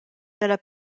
dalla